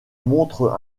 montre